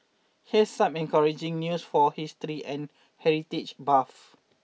here's some encouraging news for history and heritage buffs